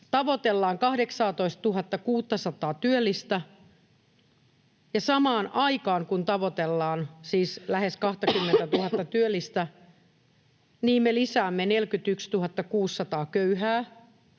tavoitellaan 18 600:aa työllistä, ja samaan aikaan, kun tavoitellaan siis lähes 20 000:ta työllistä, me lisäämme 41 600 köyhää